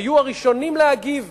היו הראשונים להגיב,